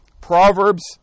Proverbs